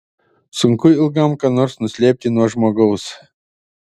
sunku ilgam ką nors nuslėpti nuo žmogaus